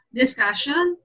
discussion